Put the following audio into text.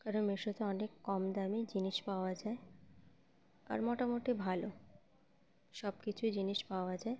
কারণ মিশোতে অনেক কম দামে জিনিস পাওয়া যায় আর মোটামুটি ভালো সব কিছুই জিনিস পাওয়া যায়